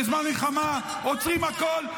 בזמן מלחמה עוצרים הכול.